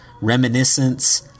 Reminiscence